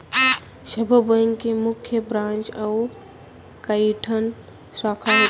सब्बो बेंक के मुख्य ब्रांच अउ कइठन साखा होथे